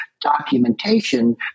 documentation